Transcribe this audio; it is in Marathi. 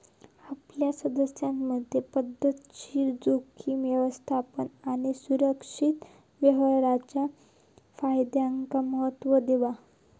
आपल्या सदस्यांमधे पध्दतशीर जोखीम व्यवस्थापन आणि सुरक्षित व्यवहाराच्या फायद्यांका महत्त्व देवा